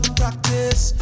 practice